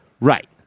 Right